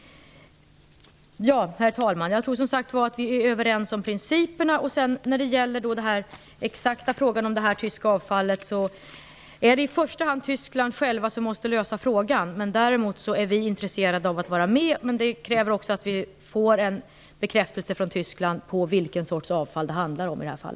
Herr talman! Jag tror som sagt var att vi är överens om principerna. När det sedan gäller den exakta frågan om det tyska avfallet är det i första hand tyskarna själva som måste lösa problemet. Vi är intresserade av att vara med, men det förutsätter att vi får en bekräftelse från Tyskland på vilken sorts avfall det handlar om i detta fall.